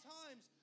times